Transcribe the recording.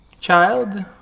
Child